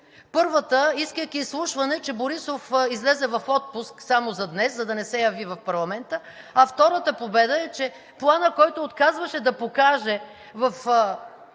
Първата, искайки изслушване, Борисов излезе в отпуск само за днес, за да не се яви в парламента, а втората победа е, че Планът, който отказваше да покаже в